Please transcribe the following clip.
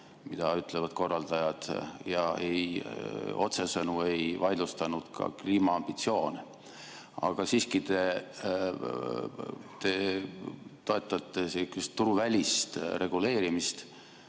väidavad korraldajad, ja otsesõnu ei vaidlustanud ka kliimaambitsioone. Aga siiski te toetate turuvälist reguleerimist.